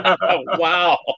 Wow